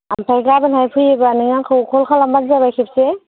आमफ्राय गाबोनहाय फैयोबा नों आंखौ खल खालामबानो जाबाय खेबसे